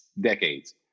decades